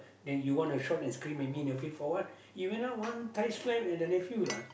then you wanna shout and scream at me in the field for what he went down one tight slap at the nephew lah